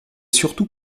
surtout